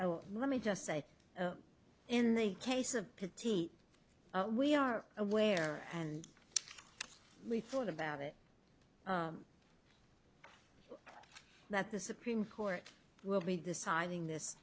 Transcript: oh let me just say in the case of petite we are aware and we thought about it that the supreme court will be deciding this